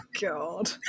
god